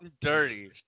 dirty